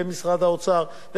ומשרד האוצר,